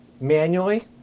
manually